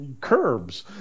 curbs